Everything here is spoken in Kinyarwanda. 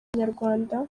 inyarwanda